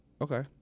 Okay